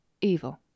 evil